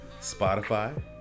Spotify